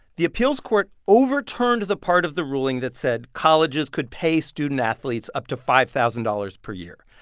the appeals court overturned the part of the ruling that said colleges could pay student athletes up to five thousand dollars per year.